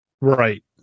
Right